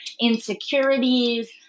insecurities